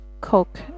Coke